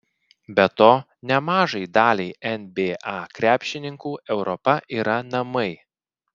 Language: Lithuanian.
be to nemažai daliai nba krepšininkų europa yra namai